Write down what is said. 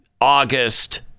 august